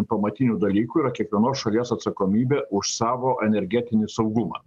pamatinių dalykų yra kiekvienos šalies atsakomybė už savo energetinį saugumą